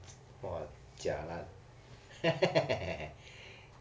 !wah! jialat